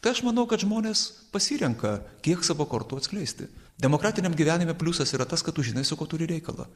tai aš manau kad žmonės pasirenka kiek savo kortų atskleisti demokratiniam gyvenime pliusas yra tas kad tu žinai su kuo turi reikalą